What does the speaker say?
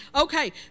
Okay